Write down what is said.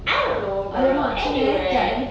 I don't know girl anywhere